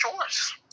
choice